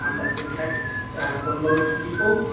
um that protects the most people.